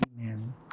Amen